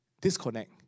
Disconnect